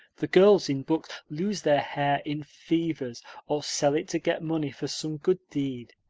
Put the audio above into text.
the girls in books lose their hair in fevers or sell it to get money for some good deed,